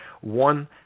one